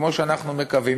כמו שאנחנו מקווים,